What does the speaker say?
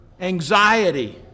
anxiety